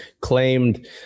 claimed